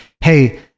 hey